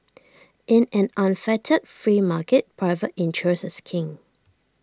in an unfettered free market private interest is king